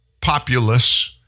populace